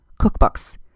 cookbooks